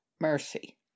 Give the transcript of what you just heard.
mercy